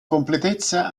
completezza